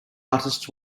artists